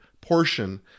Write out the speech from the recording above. portion